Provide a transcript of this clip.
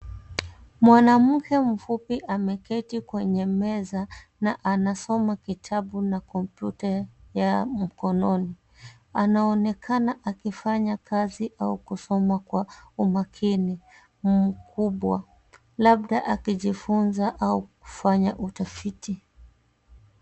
Mwanamke mfupi ameketi kwenye meza na anasoma kitabu na kompyuta ya mkononi. Anaonekana akifanya kazi au kusoma kwa umakini mkubwa. Labda akijifunza au kufanya utafiti.